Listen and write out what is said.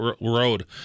Road